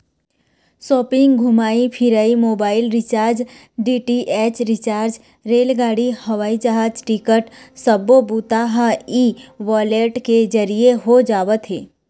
shopping, घूमई फिरई, mobile recharge, DTH recharge, रेलगाड़ी, हवई जहाज टिकट सब्बो बूता ह ई वॉलेट के जरिए हो जावत हे